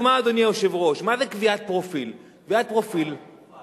מה זה ההבחנה הזאת בין בני-אדם, בין